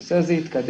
הנושא הזה התקדם,